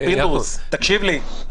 פינדרוס, תקשיב לי.